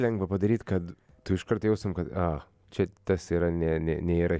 lengva padaryt kad tu iš karto jaustum kad a čia tas yra ne ne nėra